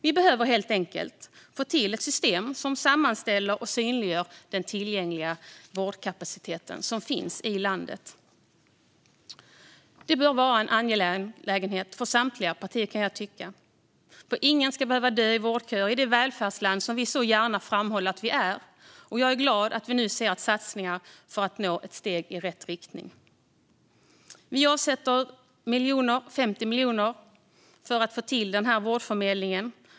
Vi behöver helt enkelt få till ett system som sammanställer och synliggör den tillgängliga vårdkapacitet som finns i landet. Detta bör vara en angelägenhet för samtliga partier, kan jag tycka. Ingen ska behöva dö i vårdkö i det välfärdsland som vi så gärna framhåller att vi är, och jag är glad att det nu görs satsningar på att gå ett steg i rätt riktning. Vi avsätter 50 miljoner kronor för att få till den här vårdförmedlingen.